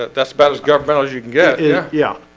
ah that's about as governmental as you can get. yeah, yeah